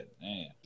man